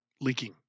leaking